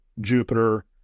jupiter